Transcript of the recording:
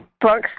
books